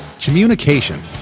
communication